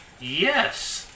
Yes